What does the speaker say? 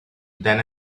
than